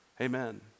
amen